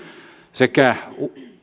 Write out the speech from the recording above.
sekä